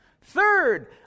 Third